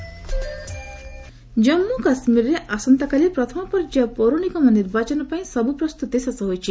JK election Jammu କାଶ୍ମୀରରେ ଆସନ୍ତାକାଲି ପ୍ରଥମ ପର୍ଯ୍ୟାୟ ପୌରନିଗମ ନିର୍ବାଚନ ପାଇଁ ସବୁ ପ୍ରସ୍ତୁତି ଶେଷ ହୋଇଛି